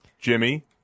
Jimmy